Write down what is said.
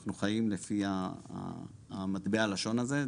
אנחנו חיים על פי מטבע הלשון הזו.